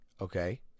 okay